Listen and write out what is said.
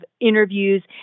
interviews